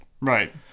Right